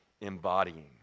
embodying